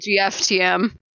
GFTM